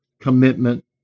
commitment